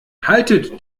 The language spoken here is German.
haltet